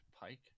Pike